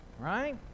Right